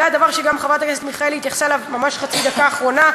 והדבר שגם חברת הכנסת מיכאלי התייחסה אליו ממש בחצי הדקה האחרונה,